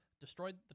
destroyed